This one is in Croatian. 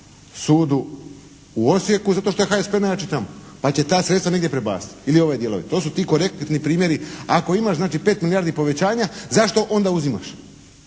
sudu u Osijeku? Zato što je HSP najjači tamo pa će ta sredstva negdje prebaciti ili ove dijelove. To su ti korektni primjeri. Ako imaš znači 5 milijardi povećanja zašto onda uzimaš?